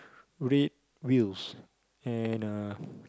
red wheels and uh